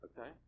Okay